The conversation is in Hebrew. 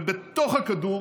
ובתוך הכדור